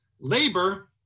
labor